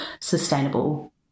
sustainable